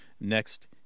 next